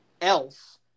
else